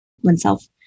oneself